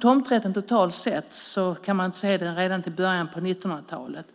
Tomträtter kunde man se redan i början av 1900-talet.